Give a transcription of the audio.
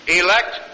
elect